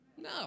No